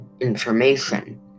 information